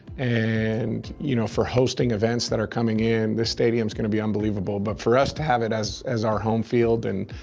and you know for hosting events that are coming in this stadium's going to be unbelievable. but for us to have it as our home field, and